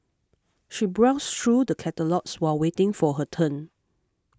she browsed through the catalogues while waiting for her turn